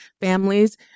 families